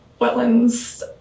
wetlands